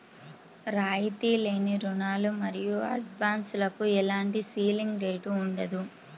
రాయితీ లేని రుణాలు మరియు అడ్వాన్సులకు ఎలాంటి సీలింగ్ రేటు ఉండదు